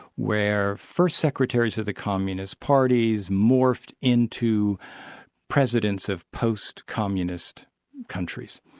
where first secretaries of the communist parties morphed into presidents of post-communist countries.